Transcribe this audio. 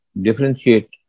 differentiate